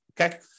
Okay